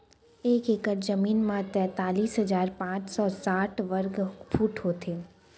एक एकड़ जमीन मा तैतलीस हजार पाँच सौ साठ वर्ग फुट होथे